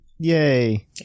Yay